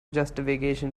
justification